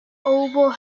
oval